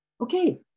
Okay